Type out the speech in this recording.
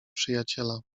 przyjaciela